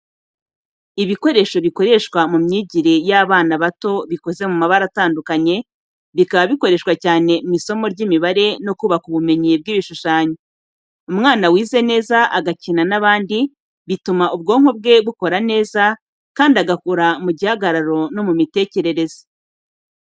Ibikoresho bikoreshwa mu myigire y’abana bato bikoze mu mabara atandukanye, bikaba bikoreshwa cyane mu isomo ry’imibare no kubaka ubumenyi bw'ibishushanyo. Umwana wize neza, agakina n'abandi bituma ubwonko bwe bukora neza kandi agakura mu gihagararo no mu mitekerereze.